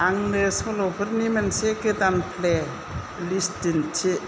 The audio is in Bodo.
आंंनो सल'फोरनि मोनसे गोदान प्लेलिस्त दिन्थि